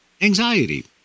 anxiety